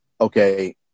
okay